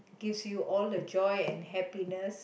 gives you all the joy and happiness